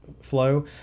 flow